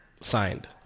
signed